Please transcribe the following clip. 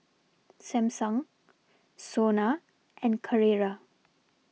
Samsung Sona and Carrera